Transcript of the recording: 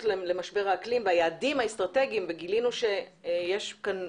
למשבר האקלים והיעדים האסטרטגיים וגילינו שיש כאן